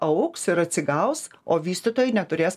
augs ir atsigaus o vystytojai neturės